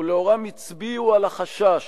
ולאורם הצביעו על החשש